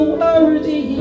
worthy